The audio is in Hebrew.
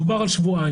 דובר על שבועיים.